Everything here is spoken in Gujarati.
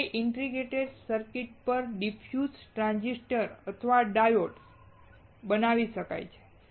હવે આ ઇન્ટિગ્રેટેડ સર્કિટ પર ડિફ્યુઝ ટ્રાંઝિસ્ટર અથવા ડાયોડ્સ બનાવી શકાય છે